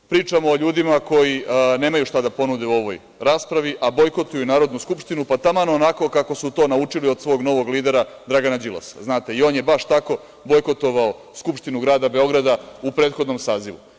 Pričamo o ljudima koji nemaju šta da ponude u ovoj raspravi, a bojkotuju Narodnu skupštinu, taman onako kako su to naučili od svog novog lidera Dragana Đilasa, znate i on je baš tako bojkotovao Skupštinu grada Beograda u prethodnom sazivu.